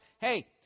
Hey